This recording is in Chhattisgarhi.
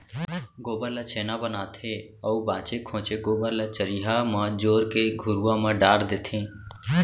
गोबर ल छेना बनाथे अउ बांचे खोंचे गोबर ल चरिहा म जोर के घुरूवा म डार देथे